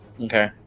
Okay